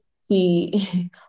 see